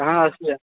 कहाँ हतिए